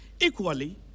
Equally